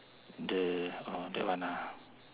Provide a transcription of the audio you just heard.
the oh that one ah